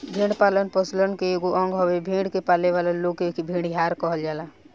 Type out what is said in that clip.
भेड़ पालन पशुपालन के एगो अंग हवे, भेड़ के पालेवाला लोग के भेड़िहार कहल जाला